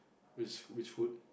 which which hood